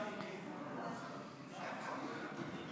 לוועדה שתקבע ועדת הכנסת נתקבלה.